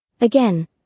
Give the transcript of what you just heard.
Again